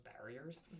barriers